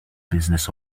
business